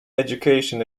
education